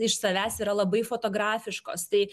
iš savęs yra labai fotografiškos tai